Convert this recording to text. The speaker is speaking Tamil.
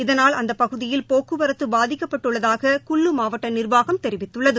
இதனால் அந்த பகுதியில் போக்குவரத்து பாதிக்கப்பட்டுள்ளதாக குல்லு மாவட்ட நிர்வாகம் தெரிவித்துள்ளது